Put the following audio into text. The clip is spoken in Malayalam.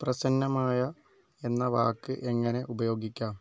പ്രസന്നമായ എന്ന വാക്ക് എങ്ങനെ ഉപയോഗിക്കാം